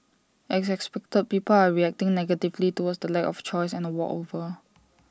as expected people are reacting negatively towards the lack of choice and A walkover